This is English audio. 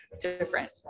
different